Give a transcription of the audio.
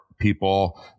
people